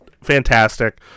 fantastic